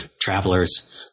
travelers